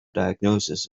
diagnosis